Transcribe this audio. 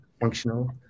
functional